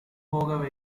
போக